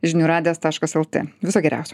žinių radijas taškas lt viso geriausio